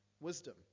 wisdom